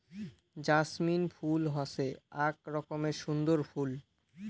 jasmine ফুল হসে আক রকমের সুন্দর ফুল